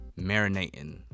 Marinating